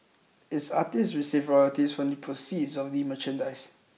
its artists receive royalties from the proceeds of the merchandise